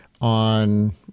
on